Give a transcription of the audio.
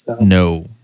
No